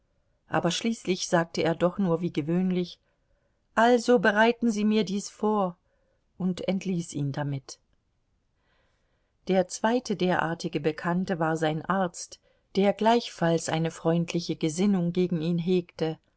aber schließlich sagte er doch nur wie gewöhnlich also bereiten sie mir dies vor und entließ ihn damit der zweite derartige bekannte war sein arzt der gleichfalls eine freundliche gesinnung gegen ihn hegte